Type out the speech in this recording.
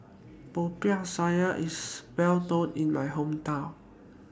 Popiah Sayur IS Well known in My Hometown